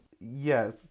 Yes